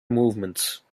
movements